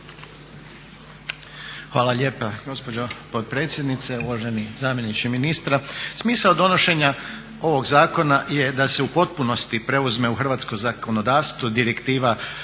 Hvala lijepa gospođo potpredsjednice. Uvaženi zamjeniče ministra. Smisao donošenja ovog zakona je da se u potpunosti preuzme u hrvatsko zakonodavstvo Direktiva